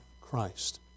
Christ